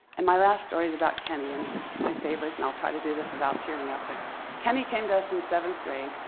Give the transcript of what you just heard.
and my last story is about kenny and it's my favorite and i'll try to do this without tearing up, but kenny came to us in seventh grade,